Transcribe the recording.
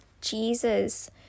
Jesus